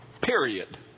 period